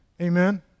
amen